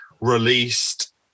released